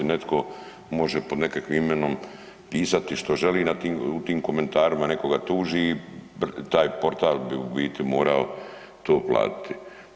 Netko može pod nekakvim imenom pisati što želi i u tim komentarima netko ga tuži i taj portal bi u biti morao to platiti.